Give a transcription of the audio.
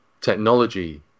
technology